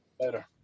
Later